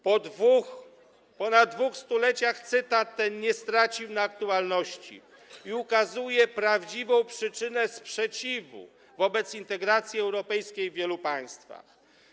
Po ponad 2 stuleciach cytat ten nie stracił na aktualności i ukazuje prawdziwą przyczynę sprzeciwu wobec integracji europejskiej w wielu państwach.